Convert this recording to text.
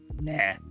nah